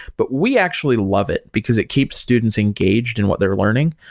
but we actually love it, because it keeps students engaged in what they're learning.